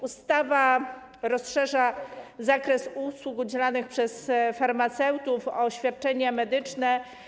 Ustawa rozszerza zakres usług udzielanych przez farmaceutów o świadczenia medyczne.